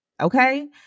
Okay